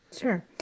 Sure